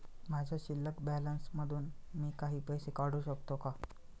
माझ्या शिल्लक बॅलन्स मधून मी काही पैसे काढू शकतो का?